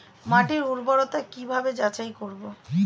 মাটির উর্বরতা কি ভাবে যাচাই করব?